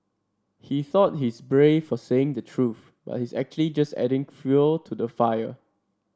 he thought he's brave for saying the truth but he's actually just adding fuel to the fire